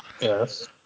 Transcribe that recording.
Yes